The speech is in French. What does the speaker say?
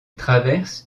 traverse